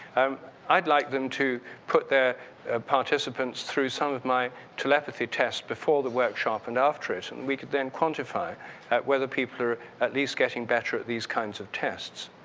um i'd like them to put their participants through some of my telepathy test before the workshop and after it and we could then quantify at whether people are at least getting better at these kinds of test.